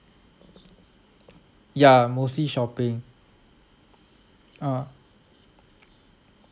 ya mostly shopping ah